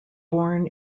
born